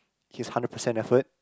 his hundred percent effort